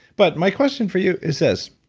but my question for you is this.